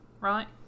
Right